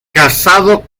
casado